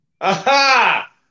Aha